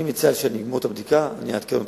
אני מציע שאני אגמור את הבדיקה ואני אעדכן אותך.